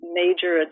major